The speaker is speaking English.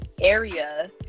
area